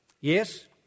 Yes